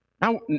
Now